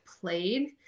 played